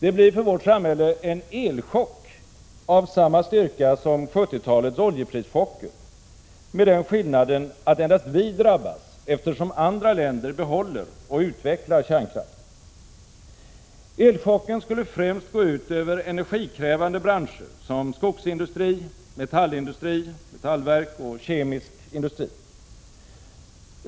Det blir för vårt samhälle en elchock av samma styrka som 1970-talets oljeprischocker —- med den skillnaden att endast vi drabbas, eftersom andra länder behåller och utvecklar kärnkraften. Elchocken skulle främst gå ut över energikrävande branscher som skogsindustri, metallindustri, metallverk och kemisk industri.